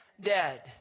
Dead